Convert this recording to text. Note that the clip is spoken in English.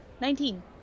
Nineteen